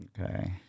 Okay